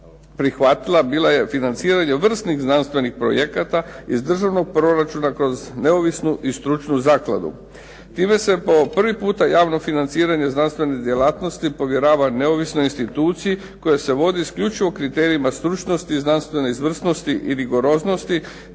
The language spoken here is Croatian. prihvatila bila je financiranje vrsnih znanstvenih projekata iz državnog proračuna kroz neovisnu i stručnu zakladu. Time se po prvi puta javno financiranje znanstvene djelatnosti povjerava neovisnoj instituciji koja se vodi isključivo kriterijima stručnosti, znanstvene izvrsnosti i rigoroznosti